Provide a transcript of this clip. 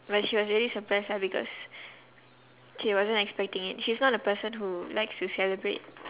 but she was really surprised lah because she wasn't expecting it she's not the person who likes to celebrate